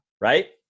right